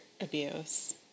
abuse